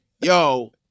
Yo